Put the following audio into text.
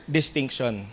distinction